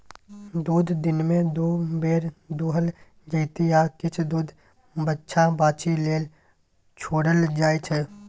दुध दिनमे दु बेर दुहल जेतै आ किछ दुध बछ्छा बाछी लेल छोरल जाइ छै